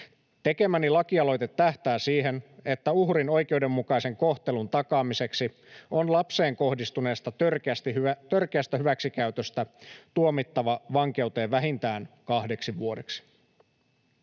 Tekemäni lakialoite tähtää siihen, että uhrin oikeudenmukaisen kohtelun takaamiseksi on lapseen kohdistuneesta törkeästä hyväksikäytöstä tuomittava vankeuteen vähintään kahdeksi vuodeksi.